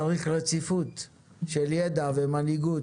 צריך רציפות של ידע ומנהיגות,